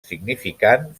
significant